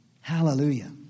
Hallelujah